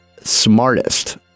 smartest